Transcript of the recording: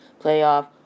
playoff